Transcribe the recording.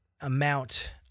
amount